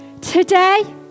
Today